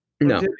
No